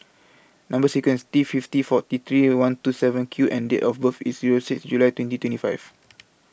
Number sequence T fifty forty three one two seven Q and Date of birth IS Zero six July twenty twenty five